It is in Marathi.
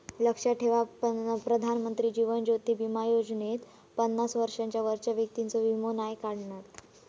लक्षात ठेवा प्रधानमंत्री जीवन ज्योति बीमा योजनेत पन्नास वर्षांच्या वरच्या व्यक्तिंचो वीमो नाय काढणत